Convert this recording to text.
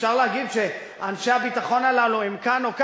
אפשר להגיד שאנשי הביטחון הללו הם כאן או כאן?